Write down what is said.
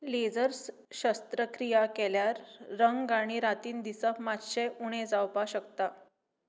leisure शस्त्रक्रिया केल्यार रंग आनी रातीन दिसप मात्शें उणें जावपाक शकता